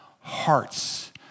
hearts